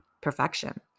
Perfection